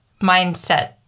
mindset